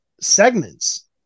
segments